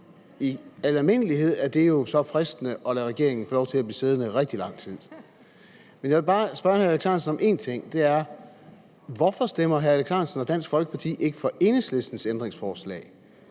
al almindelighed er det jo så fristende at lade regeringen få lov til at blive siddende i rigtig lang tid. Men jeg vil bare spørge hr. Alex Ahrendtsen om en ting, og det er: Hvorfor stemmer hr. Alex Ahrendtsen og Dansk Folkeparti ikke for Enhedslistens ændringsforslag?